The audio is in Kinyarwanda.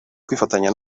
kwifatanya